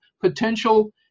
potential